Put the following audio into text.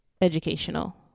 educational